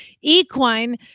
Equine